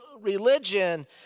religion